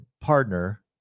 partner